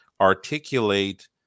articulate